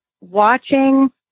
watching